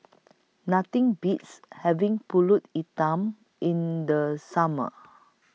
Nothing Beats having Pulut Hitam in The Summer